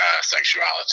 sexuality